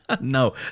No